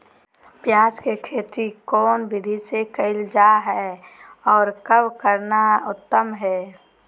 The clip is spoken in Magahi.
प्याज के खेती कौन विधि से कैल जा है, और कब करना उत्तम है?